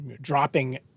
dropping